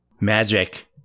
Magic